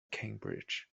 cambridge